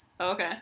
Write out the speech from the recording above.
Okay